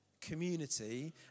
community